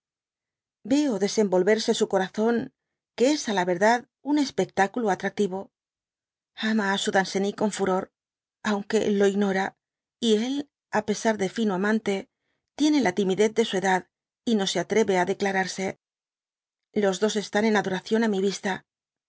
veo desenvolverse su corazón que es á la verdad un espectáculo atractivo ama á su daaceny con furw aunque lo ignora y él á pesar de fino amante tiene la timidez de su edad y no se atreve á declararse los dos están en adoración á mi vista